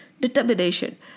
determination